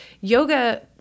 yoga